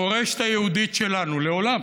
המורשת היהודית שלנו לעולם